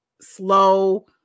slow